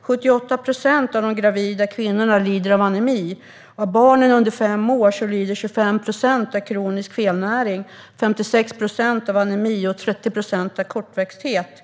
78 procent av de gravida kvinnorna lider av anemi. Av barnen under fem år lider 25 procent av kronisk felnäring, 56 procent av anemi och 30 procent av kortväxthet.